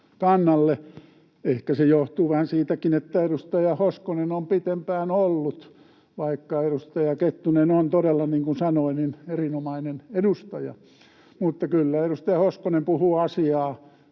Ehkä se johtuu vähän siitäkin, että edustaja Hoskonen on pitempään ollut, vaikka edustaja Kettunen on todella, niin kuin sanoin, erinomainen edustaja. Kyllä edustaja Hoskonen puhuu asiaa